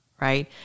right